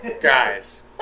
Guys